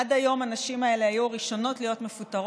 עד היום הנשים האלה היו הראשונות שמפוטרות,